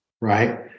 right